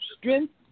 strength